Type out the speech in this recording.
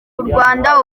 rwanda